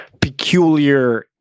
peculiar